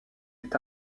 est